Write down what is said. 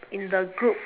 in the group